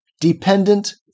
dependent